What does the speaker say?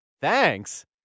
Thanks